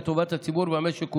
לטובת הציבור והמשק כולו.